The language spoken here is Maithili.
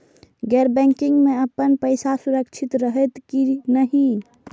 गैर बैकिंग में अपन पैसा सुरक्षित रहैत कि नहिं?